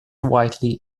widely